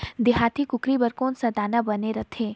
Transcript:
देहाती कुकरी बर कौन सा दाना बने रथे?